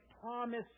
promise